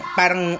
parang